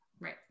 Right